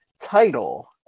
title